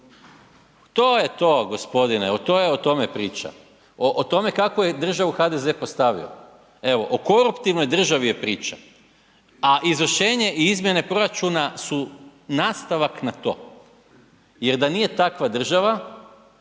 To je to gospodine, to je o tome priča, o tome kako je državu HDZ postavio. Evo o koruptivnoj državi je priča a izvršenje i izmjene proračuna su nastavak na to jer da nije takva država